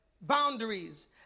boundaries